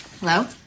Hello